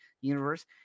universe